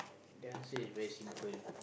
that one say is very simple